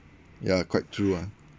ya quite true ah